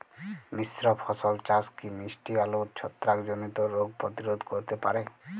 মিশ্র ফসল চাষ কি মিষ্টি আলুর ছত্রাকজনিত রোগ প্রতিরোধ করতে পারে?